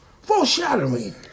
Foreshadowing